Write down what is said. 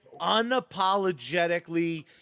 unapologetically